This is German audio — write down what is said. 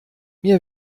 mir